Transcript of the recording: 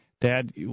Dad